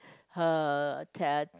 her ten